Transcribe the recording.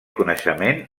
coneixement